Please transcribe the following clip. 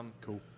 Cool